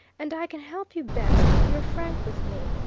and i can help you best if you're frank with me.